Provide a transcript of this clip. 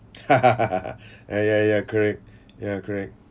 ah ya ya correct ya correct